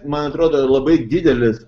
man atrodo labai didelis